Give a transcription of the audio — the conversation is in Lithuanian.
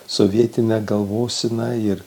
sovietinę galvoseną ir